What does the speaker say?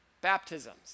baptisms